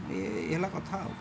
ଏ ଇଏ ହେଲା କଥା ଆଉ